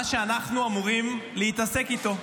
מה שאנחנו אמורים להתעסק איתו.